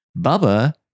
Bubba